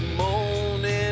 morning